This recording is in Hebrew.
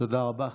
תודה רבה.